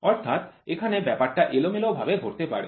অর্থাৎ এখানে ব্যাপারটা এলোমেলোভাবে ঘটতে পারে